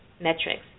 metrics